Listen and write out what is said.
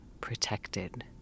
protected